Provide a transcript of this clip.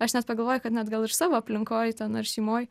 aš net pagalvoju kad net gal ir savo aplinkoj ten ar šeimoj